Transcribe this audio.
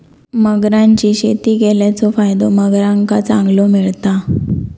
मगरांची शेती केल्याचो फायदो मगरांका चांगलो मिळता